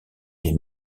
les